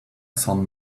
son